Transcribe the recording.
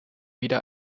wieder